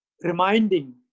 reminding